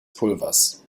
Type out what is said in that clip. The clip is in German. pulvers